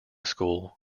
school